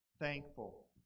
thankful